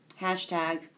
Hashtag